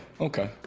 Okay